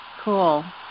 cool